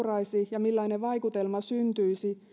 ja millainen vaikutelma syntyisi